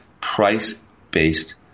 price-based